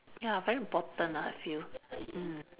ya very important lah I feel mm